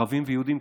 ערבים ויהודים,